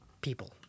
people